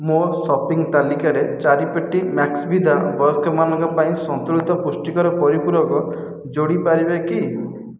ମୋ ସପିଂ ତାଲିକାରେ ଚାରି ପେଟି ମ୍ୟାକ୍ସଭିଦା ବୟସ୍କମାନଙ୍କ ପାଇଁ ସନ୍ତୁଳିତ ପୁଷ୍ଟିକର ପରିପୂରକ ଯୋଡ଼ିପାରିବେ କି